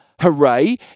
hooray